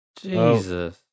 Jesus